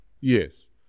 Yes